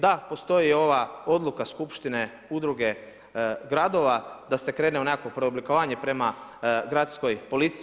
Da, postoji ova odluka skupštine, udruge gradova da se krene u nekakvo preoblikovanje prema gradskoj policiji.